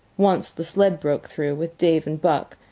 once, the sled broke through, with dave and buck,